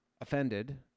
offended